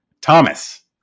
Thomas